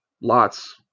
lots